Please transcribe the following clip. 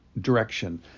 direction